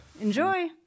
Enjoy